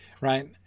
right